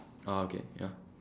oh okay ya